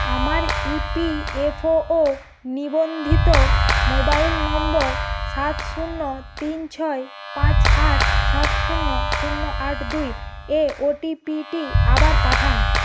আমার E P F ও ও নিবন্ধিত মোবাইল নম্বর সাত শূন্য তিন ছয় পাঁচ আট সাত শূন্য শূন্য আট দুই এ ওটিপিটি আবার পাঠান